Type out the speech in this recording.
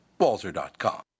walzer.com